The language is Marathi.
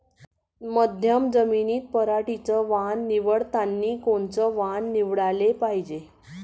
मध्यम जमीनीत पराटीचं वान निवडतानी कोनचं वान निवडाले पायजे?